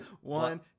One